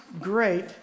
great